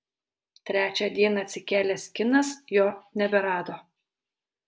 trečią dieną atsikėlęs kinas jo neberado